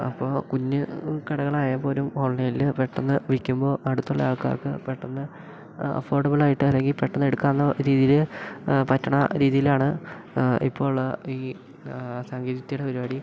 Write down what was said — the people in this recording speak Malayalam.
അപ്പോൾ കുഞ്ഞ് കടകളായാൽ പോലും ഓൺലൈനിൽ പെട്ടെന്ന് വിൽക്കുമ്പോൾ അടുത്തുള്ള ആൾക്കാർക്ക് പെട്ടെന്ന് അഫോർഡബിളായിട്ട് അല്ലെങ്കിൽ പെട്ടെന്ന് എടുക്കാവുന്ന രീതിയിൽ പറ്റുന്ന രീതിയിലാണ് ഇപ്പോഴുള്ള ഈ സാങ്കേതിക വിദ്യയുടെ പരിപാടി